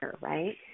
right